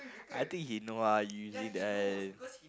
I think he know ah you usually there